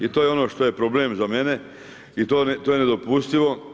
I to je ono što je problem za mene, i to je nedopustivo.